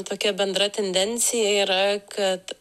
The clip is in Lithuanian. tokia bendra tendencija yra kad